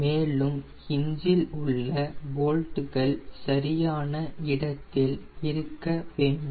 மேலும் ஹின்ஜெசில் உள்ள போல்ட்கள் சரியாக இருக்க வேண்டும்